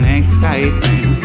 excitement